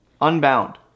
Unbound